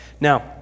now